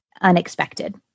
unexpected